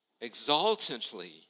exultantly